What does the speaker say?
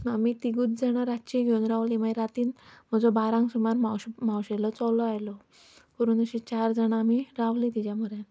आमी तिगूच जाणां रातचीं घेवन रावलीं मागीर राती म्हजो बारांक सुमार मावश मावशेचो चलो आयलो करून अशीं चार जाणां आमी रावलीं तिचे म्हऱ्यांत